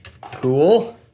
Cool